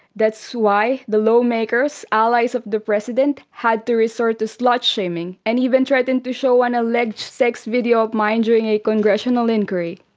that's why the lawmakers, allies of the president, had to resort to slut-shaming, and even threatened to show an alleged sex video of mine during a congressional inquiry.